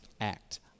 act